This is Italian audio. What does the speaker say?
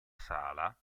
sala